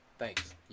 Thanks